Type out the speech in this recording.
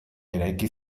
eraiki